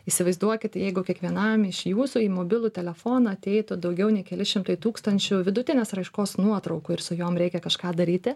įsivaizduokit jeigu kiekvienam iš jūsų į mobilų telefoną ateitų daugiau nei keli šimtai tūkstančių vidutinės raiškos nuotraukų ir su jom reikia kažką daryti